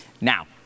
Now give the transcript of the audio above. Now